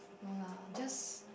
no lah just